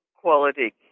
quality